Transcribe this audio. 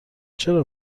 چرا